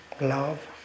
love